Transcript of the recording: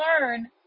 learn